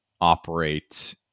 operate